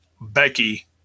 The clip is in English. Becky